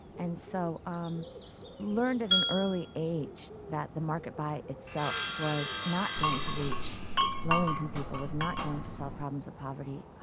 and so um learned at an early age that the market by itself was not going to reach low-income people, was not going to solve problems of poverty.